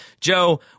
joe